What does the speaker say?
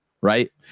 right